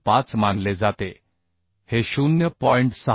25 मानले जाते हे 0